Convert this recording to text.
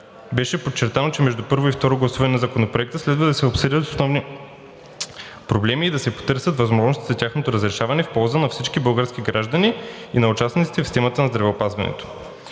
Беше подчертано, че между първо и второ гласуване на Законопроекта следва да се обсъдят основните проблеми и да се потърсят възможностите за тяхното разрешаване в полза на всички български граждани и на участниците в системата на здравеопазването.